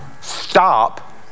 stop